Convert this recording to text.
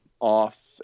off